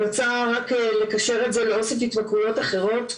אני רוצה רק לקשר את זה לעוד סוגי התמכרויות אחרות,